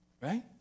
Right